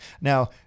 Now